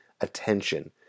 attention